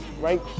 right